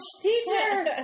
teacher